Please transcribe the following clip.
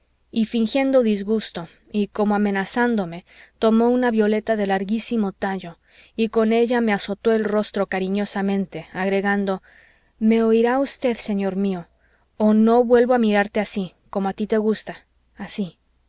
y fingiendo disgusto y como amenazándome tomó una violeta de larguísimo tallo y con ella me azotó el rostro cariñosamente agregando me oirá usted señor mío o no vuelvo a mirarte así como a tí te gusta así